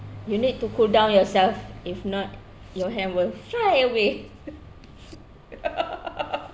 you need to cool down yourself if not your hand will fly away